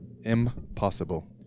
Impossible